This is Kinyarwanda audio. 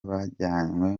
bajyanywe